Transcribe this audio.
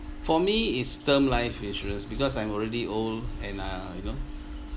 for me is term life insurance because I'm already old and uh you know